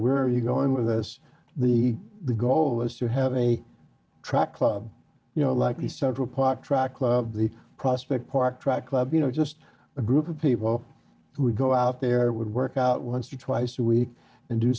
where you're going with this the goal was to have a track club you know like the central park track love the prospect park track club you know just a group of people who would go out there would work out once or twice a week and do